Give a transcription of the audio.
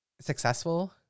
successful